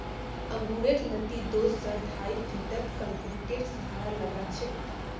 अंगूरेर लत्ती दो स ढाई फीटत कंक्रीटेर सहारात लगाछेक